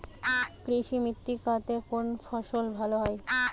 কৃষ্ণ মৃত্তিকা তে কোন ফসল ভালো হয়?